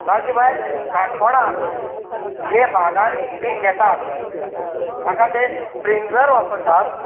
ताजे भायर काणकोणा जें बागांनी पीक घेतात ताका ते स्प्रिंकलर वापरतात